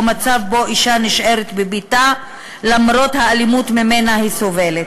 או מצב שבו אישה נשארת בביתה למרות האלימות שממנה היא סובלת.